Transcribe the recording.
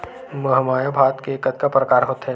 महमाया भात के कतका प्रकार होथे?